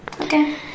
Okay